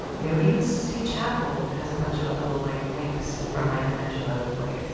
you know, even the sistine chapel has a bunch of little, like, winks from michelangelo like,